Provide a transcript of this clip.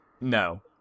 No